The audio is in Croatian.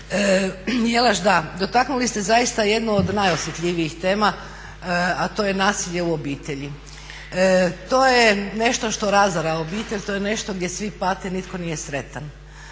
Jelaš, da dotaknuli ste zaista jednu od najosjetljivijih tema, a to je nasilje u obitelji. To je nešto što razara obitelj, to je nešto gdje svi pate, nitko nije sretan.